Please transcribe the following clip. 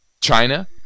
China